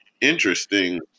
interesting